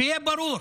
שיהיה ברור.